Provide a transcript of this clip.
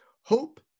Hope